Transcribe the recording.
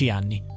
anni